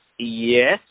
Yes